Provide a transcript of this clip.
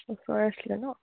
ওচৰৰে আছিলে ন